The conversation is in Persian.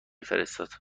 فرستاد